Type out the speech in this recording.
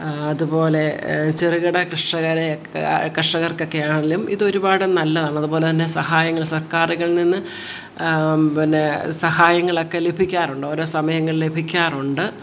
അതുപോലെ ചെറുകിട കർഷകരെ കർഷകർക്ക് ഒക്കെയാണേലും ഇതൊരുപാട് നല്ലതാണ് അതുപോലെ തന്നെ സഹായങ്ങളും സർക്കാരുകളിൽ നിന്ന് പിന്നെ സഹായങ്ങളൊക്കെ ലഭിക്കാറുണ്ട് ഓരോ സമയങ്ങളിൽ ലഭിക്കാറുണ്ട്